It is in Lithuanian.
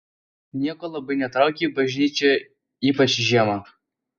nieko labai netraukia į bažnyčią ypač žiemą